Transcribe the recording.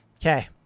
Okay